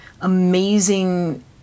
amazing